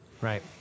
Right